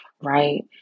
Right